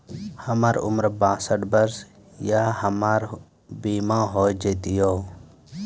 हमर उम्र बासठ वर्ष या हमर बीमा हो जाता यो?